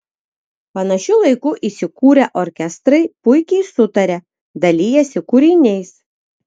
panašiu laiku įsikūrę orkestrai puikiai sutaria dalijasi kūriniais